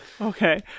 Okay